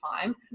time